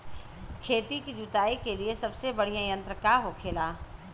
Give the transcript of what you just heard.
खेत की जुताई के लिए सबसे बढ़ियां यंत्र का होखेला?